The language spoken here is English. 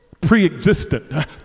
pre-existent